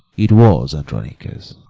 it was, andronicus.